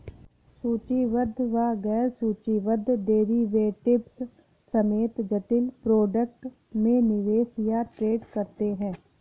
सूचीबद्ध व गैर सूचीबद्ध डेरिवेटिव्स समेत जटिल प्रोडक्ट में निवेश या ट्रेड करते हैं